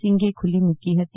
સિંઘે ખુલ્લી મૂકી હૃતી